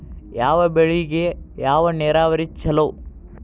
ಯಾವ ಬೆಳಿಗೆ ಯಾವ ನೇರಾವರಿ ಛಲೋ?